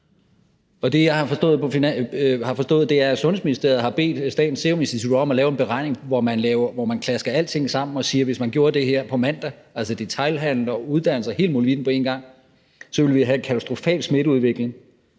det, jeg har forstået, er, at Sundhedsministeriet har bedt Statens Serum Institut om at lave en beregning, hvor man klasker alting sammen, og de siger, at hvis man gjorde det her på mandag, altså i forhold til detailhandel og uddannelser og hele molevitten på en gang, så ville vi have en katastrofal smitteudvikling.